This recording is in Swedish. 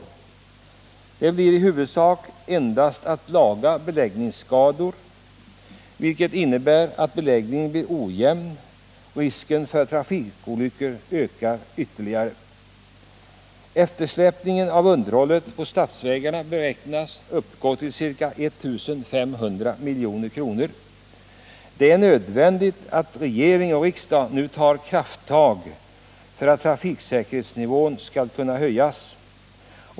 Den nuvarande medelstilldelningen medger att man praktiskt taget endast kan laga beläggningsskador, vilket innebär att beläggningen blir ojämn och att risken för trafikolyckor ytterligare ökar. Eftersläpningen när det gäller underhållet av statsvägarna beräknas uppgå till ca 1 500 milj.kr. Det är nödvändigt att regering och riksdag nu tar krafttag för att trafiksäkerhetsnivån skall kunna höjas.